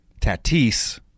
Tatis